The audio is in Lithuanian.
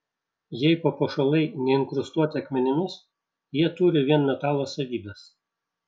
jei papuošalai neinkrustuoti akmenimis jie turi vien metalo savybes